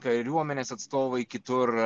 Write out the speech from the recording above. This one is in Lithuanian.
kariuomenės atstovai kitur